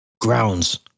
grounds